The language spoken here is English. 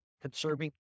Conserving